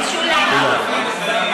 תודה.